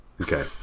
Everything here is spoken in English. Okay